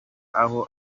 aho